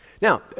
Now